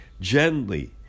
Gently